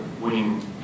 winning